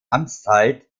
amtszeit